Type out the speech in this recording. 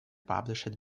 published